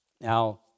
Now